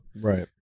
right